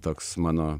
toks mano